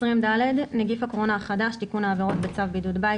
20ד.הוראת שעה נגיף הקורונה החדש תיקון העבירות בצו בידוד בית